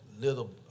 little